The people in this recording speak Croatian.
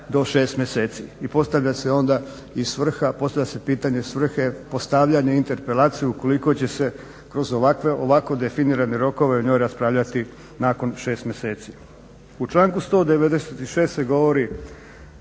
U članku 196. se govori